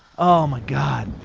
oh my god.